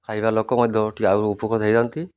ଖାଇବା ଲୋକ ମଧ୍ୟ ଟିକେ ଆହୁରି ଉପକୃତ ହେଇଯାଅନ୍ତି